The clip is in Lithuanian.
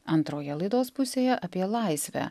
antroje laidos pusėje apie laisvę